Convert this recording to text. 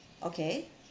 okay